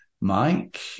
Mike